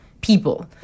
people